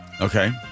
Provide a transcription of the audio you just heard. Okay